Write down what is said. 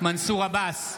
מנסור עבאס,